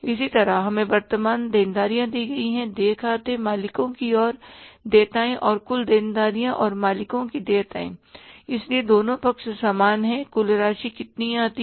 इसी तरह हमें वर्तमान देनदारियों दी गई है पहले देय खाते मालिकों की ओर देयताए और कुल देनदरिया और मालिकों की देयताए इसलिए दोनों पक्ष समान हैं कुल राशि कितनी आती है